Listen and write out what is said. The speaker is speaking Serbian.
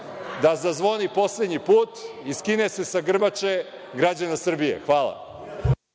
da zazvoni poslednji put i skine se sa grbače građana Srbije. Hvala.